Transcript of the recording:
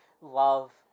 love